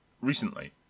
recently